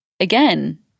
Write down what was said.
Again